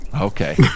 Okay